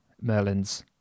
Merlins